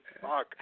fuck